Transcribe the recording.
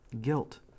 guilt